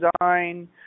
design